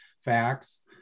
facts